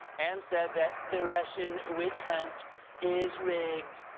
and said that the russian witch hunt is rigged.